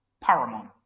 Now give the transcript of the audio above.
paramount